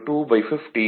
04